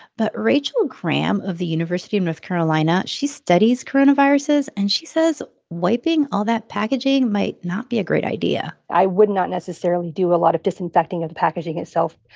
but rachel graham of the university of north carolina, she studies coronaviruses, and she says wiping all that packaging might not be a great idea i would not necessarily do a lot of disinfecting of the packaging itself,